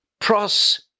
Pros